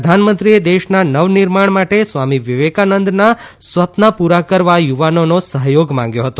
પ્રધાનમંત્રીએ દેશના નવનિર્માણ માટે સ્વામી વિવેકાનંદના સ્વપના પૂરા કરવા યુવાનોનો સહયોગ માંગ્યો હતો